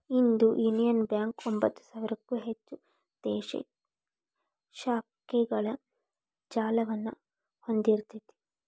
ಇಂದು Union Bank ಒಂಭತ್ತು ಸಾವಿರಕ್ಕೂ ಹೆಚ್ಚು ದೇಶೇ ಶಾಖೆಗಳ ಜಾಲವನ್ನ ಹೊಂದಿಇರ್ತೆತಿ